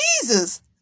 Jesus